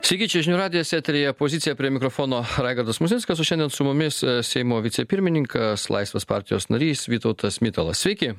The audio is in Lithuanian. sakyčiau žinių radijo eteryje pozicija prie mikrofono raigardas musnickas o šiandien su mumis seimo vicepirmininkas laisvės partijos narys vytautas mitalas sveiki